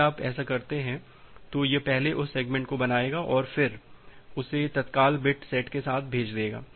यदि आप ऐसा करते हैं तो यह पहले उस सेगमेंट को बनाएगा और फिर उसे तत्काल बिट सेट के साथ भेज देगा